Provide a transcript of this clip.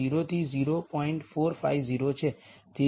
450 છે